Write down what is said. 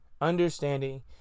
understanding